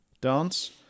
dance